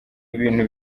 ibintu